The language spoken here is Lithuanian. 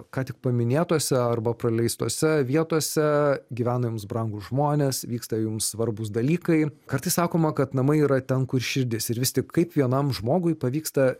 ką tik paminėtose arba praleis tose vietose gyvena jums brangūs žmonės vyksta jums svarbūs dalykai kartais sakoma kad namai yra ten kur širdis ir vis tik kaip vienam žmogui pavyksta